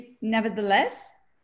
nevertheless